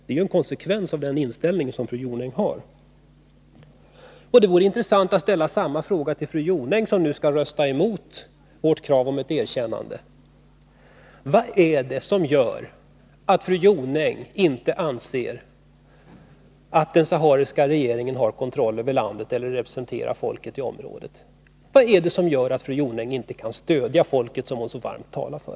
Det är ju en konsekvens av den inställning som fru Jonäng har. Det vore intressant att ställa samma fråga till fru Jonäng, som nu skall rösta emot vårt krav på ett erkännande: Vad är det som gör att fru Jonäng inte anser att den sahariska regeringen har kontroll över landet eller representerar folket i området? Vad är det som gör att fru Jonäng inte kan stödja det folk som hon så varmt talar för?